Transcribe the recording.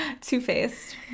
two-faced